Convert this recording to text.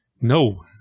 No